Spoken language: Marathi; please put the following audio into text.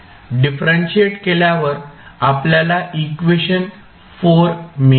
डिफरंशिएट केल्यावर आपल्याला इक्वेशन मिळेल